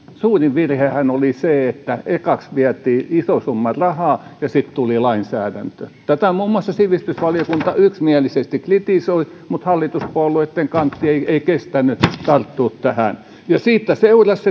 suuri virhehän oli se että ekaksi vietiin iso summa rahaa ja sitten tuli lainsäädäntö tätä muun muassa sivistysvaliokunta yksimielisesti kritisoi mutta hallituspuolueitten kantti ei ei kestänyt tarttua tähän ja siitä seurasi